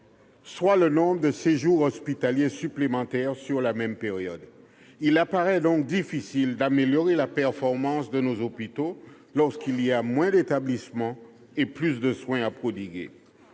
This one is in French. soit le nombre de séjours hospitaliers supplémentaires sur la même période. Il semble difficile d'améliorer la performance de nos hôpitaux en ayant moins d'établissements et plus de soins à prodiguer,